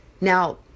Now